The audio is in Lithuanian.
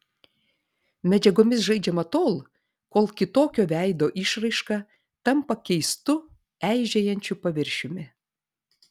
medžiagomis žaidžiama tol kol kitokio veido išraiška tampa keistu eižėjančiu paviršiumi